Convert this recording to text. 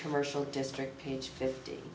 commercial district page fifty